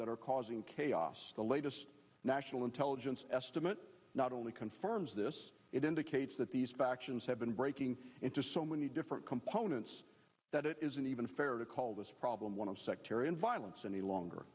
that are causing chaos the latest national intelligence estimate not only confirms this it indicates that these factions have been breaking into so many different components that it isn't even fair to call this problem one of sectarian violence any longer